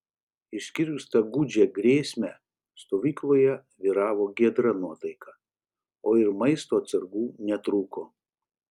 išskyrus tą gūdžią grėsmę stovykloje vyravo giedra nuotaika o ir maisto atsargų netrūko